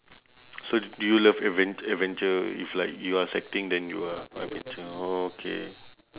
so do you love adven~ adventure if like you are sweating then you are adventure orh K